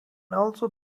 also